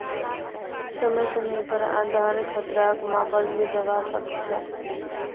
समय समय पर आधार खतराक मापाल भी जवा सक छे